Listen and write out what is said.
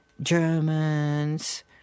Germans